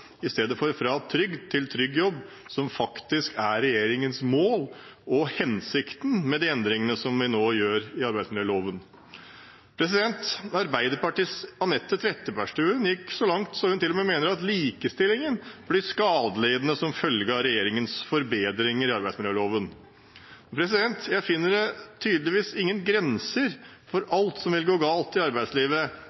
i stedet for «fra trygd til trygg jobb», som faktisk er regjeringens mål og hensikten med de endringene som vi nå gjør i arbeidsmiljøloven. Arbeiderpartiets Anette Trettebergstuen gikk så langt at hun til og med mener at likestillingen blir skadelidende som følge av regjeringens forbedringer av arbeidsmiljøloven. Det finnes tydeligvis ingen grenser for alt som vil gå galt i arbeidslivet